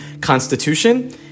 constitution